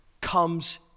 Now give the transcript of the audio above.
comes